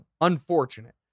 unfortunate